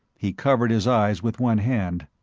he covered his eyes with one hand.